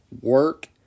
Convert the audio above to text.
work